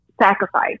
sacrifice